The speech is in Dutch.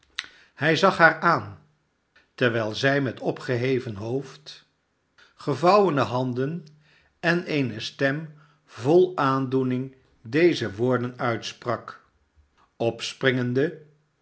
hij zag haar aan terwijl zij met opgeheven hoofd gevouwene handen en eene stem vol aandoening deze woorden uitsprak opspringende